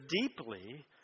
deeply